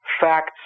facts